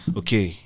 okay